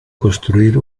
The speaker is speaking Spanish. construir